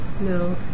No